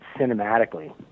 cinematically